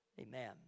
Amen